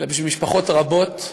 אלא בשביל משפחות רבות,